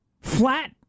flat